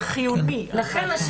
לכן,